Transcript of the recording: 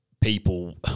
people